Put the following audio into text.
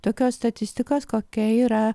tokios statistikos kokia yra